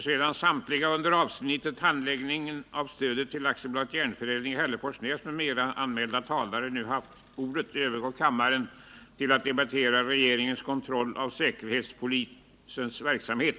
Sedan samtliga under avsnittet Handläggningen av stödet till AB Järnförädling i Hälleforsnäs, m.m. anmälda talare nu haft ordet övergår kammaren till att debattera Regeringens kontroll av säkerhetspolisens verksamhet.